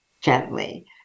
gently